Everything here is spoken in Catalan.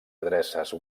adreces